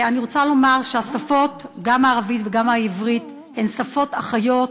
אני רוצה לומר שהערבית והעברית הן שפות אחיות,